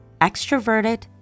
extroverted